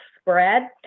spread